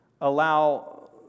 allow